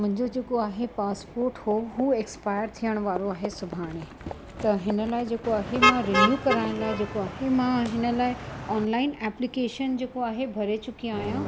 मुंहिंजो जेको आहे पासपोट हुओ उहो एक्पायर थियण वारो आहे सुभाणे त हिन लाइ जेको आहे मां रिन्यू कराइण लाइ जेको आहे मां हिन लाइ ऑनलाइन एप्लीकेशन जेको आहे भरे चुकी आहियां